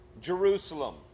Jerusalem